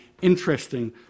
interesting